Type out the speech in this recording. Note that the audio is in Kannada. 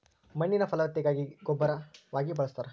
ಮಣ್ಣಿನ ಫಲವತ್ತತೆಗಾಗಿ ಗೊಬ್ಬರವಾಗಿ ಬಳಸ್ತಾರ